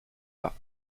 pas